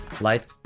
life